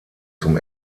zum